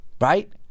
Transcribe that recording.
right